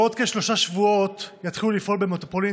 בעוד כשלושה שבועות יתחיל לפעול במטרופולין